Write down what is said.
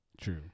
True